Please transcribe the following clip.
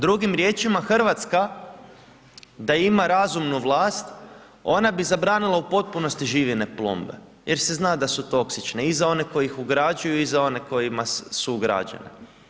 Drugim riječima, Hrvatska da ima razumnu vlast, ona bi zabranila u potpunosti živine plombe jer se zna da su toksične i za one koji ih ugrađuju i za one kojima su ugrađene.